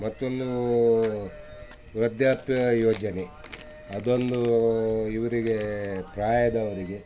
ಮತ್ತೊಂದು ವೃದ್ಧಾಪ್ಯ ಯೋಜನೆ ಅದೊಂದು ಇವರಿಗೆ ಪ್ರಾಯದವರಿಗೆ